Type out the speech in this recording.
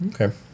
okay